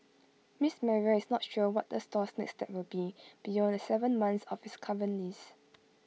miss Maria is not sure what the store's next step will be beyond the Seven months of its current lease